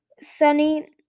Sunny